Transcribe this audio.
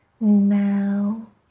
Now